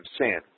sin